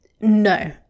No